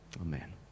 amen